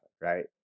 right